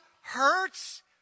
hurts